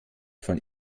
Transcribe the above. von